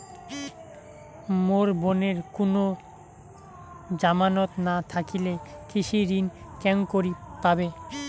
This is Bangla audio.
মোর বোনের কুনো জামানত না থাকিলে কৃষি ঋণ কেঙকরি পাবে?